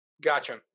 Gotcha